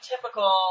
typical